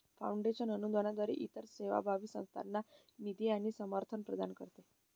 foundation अनुदानाद्वारे इतर सेवाभावी संस्थांना निधी आणि समर्थन प्रदान करते